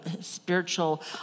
spiritual